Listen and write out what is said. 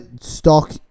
stock